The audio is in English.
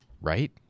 Right